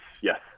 Yes